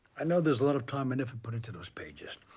i know there is a lot of time and effort put into those pages.